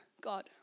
God